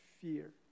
fear